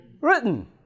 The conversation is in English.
written